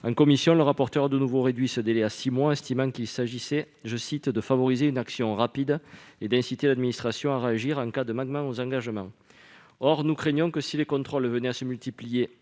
En commission, le rapporteur a de nouveau réduit ce délai à six mois, estimant qu'il était nécessaire de « favoriser une action rapide et d'inciter l'administration à réagir en cas de manquement aux engagements ».